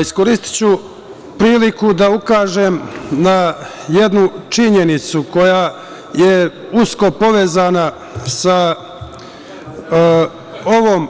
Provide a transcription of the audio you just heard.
Iskoristiću priliku da ukažem na jednu činjenicu koja je usko povezana sa ovom